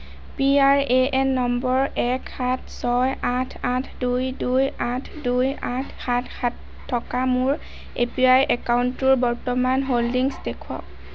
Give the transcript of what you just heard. PRAN number এক সাত ছয় আঠ আঠ দুই দুই আঠ দুই আঠ সাত সাত থকা মোৰ এপিৱাই একাউণ্টটোৰ বৰ্তমানৰ হোল্ডিংছ দেখুৱাওক